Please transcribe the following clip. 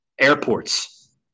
airports